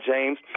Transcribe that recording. James